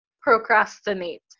procrastinate